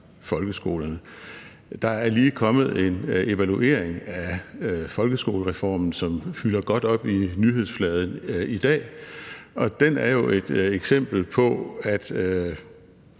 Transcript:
Der er lige kommet en evaluering af folkeskolereformen, som fylder godt op i nyhedsfladen i dag, og den er jo et eksempel på, at